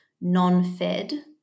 non-fed